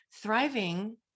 thriving